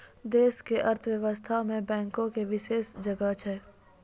देश के अर्थव्यवस्था मे बैंको के विशेष जगह छै